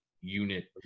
unit